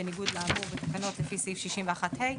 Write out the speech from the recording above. בניגוד לאמור בתקנות לפי סעיף 61(ה),